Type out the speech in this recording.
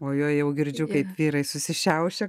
oj oj jau girdžiu kaip vyrai susišiaušia